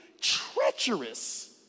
treacherous